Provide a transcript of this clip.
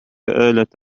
آلة